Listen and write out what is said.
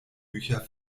bücher